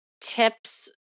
tips